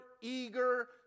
eager